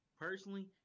personally